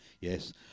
yes